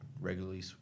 regularly